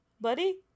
Buddy